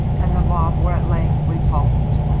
and the mob were at length repulsed.